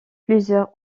plusieurs